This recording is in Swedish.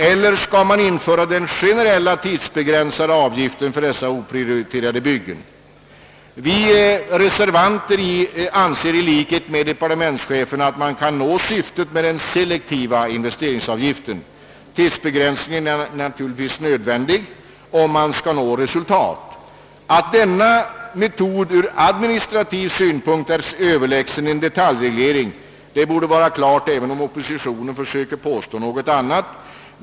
Eller skall man införa en generell tidsbegränsad avgift för dessa oprioriterade byggen? Vi reservanter anser i likhet med de Partementschefen att man når syftet bäst med den selektiva investeringsavgiften, och en tidsbegränsning är då nödvändig. Att denna metod ur administrativ synpunkt är överlägsen en detaljreglering borde stå klart, även om oppositionen försöker påstå något annat.